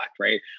right